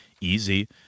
Easy